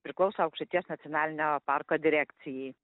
priklauso aukštaitijos nacionalinio parko direkcijai